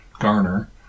Garner